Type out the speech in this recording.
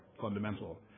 fundamental